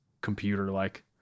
computer-like